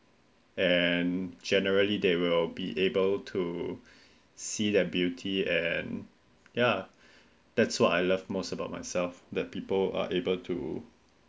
and generally they will be able to see that beauty and ya that's why I love most about myself the people are able to